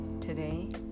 today